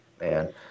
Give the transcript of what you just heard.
Man